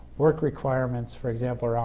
work requirements, for example,